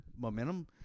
momentum